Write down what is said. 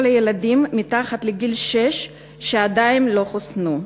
הילדים מתחת לגיל שש שעדיין לא חוסנו.